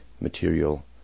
material